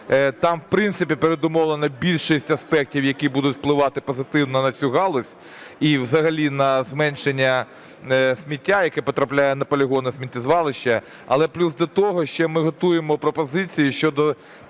Там, в принципі, передумовлено більшість аспектів, які будуть впливати позитивно на цю галузь і взагалі на зменшення сміття, яке потрапляє на полігони сміттєзвалища. Але плюс до того ще ми готуємо пропозиції щодо